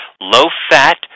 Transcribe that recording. low-fat